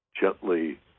gently